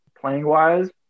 Playing-wise